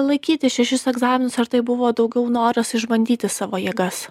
laikyti šešis egzaminus ar tai buvo daugiau noras išbandyti savo jėgas